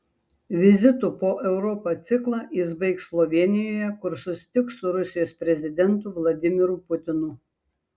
vizitų po europą ciklą jis baigs slovėnijoje kur susitiks su rusijos prezidentu vladimiru putinu